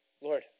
Lord